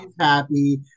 happy